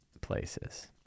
places